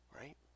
right